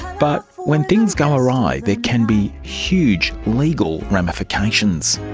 but when things go awry there can be huge legal ramifications.